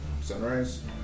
sunrise